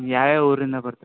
ಯಾವ್ಯಾವ ಊರಿಂದ ಬರ್ತಾರೆ